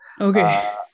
Okay